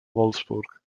wolfsburg